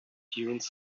dunes